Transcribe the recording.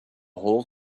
whole